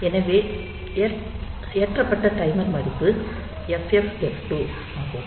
எனவே ஏற்றப்பட்ட டைமர் மதிப்பு FFF2h ஆகும்